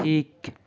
ঠিক